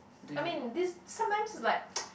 I mean this some times like